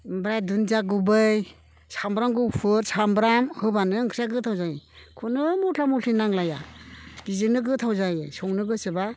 ओमफ्राय दुनदिया गुबै सामब्राम गुफुर सामब्राम होबानो ओंख्रिया गोथाव जायो खुनु मस्ला मस्लि नांलाया बिदिनो गोथाव जायो संनो गोसोबा